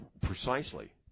Precisely